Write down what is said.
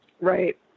Right